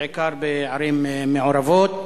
בעיקר בערים מעורבות.